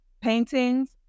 paintings